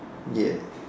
yes